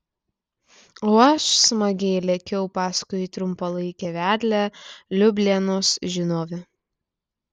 o aš smagiai lėkiau paskui trumpalaikę vedlę liublianos žinovę